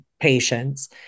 patients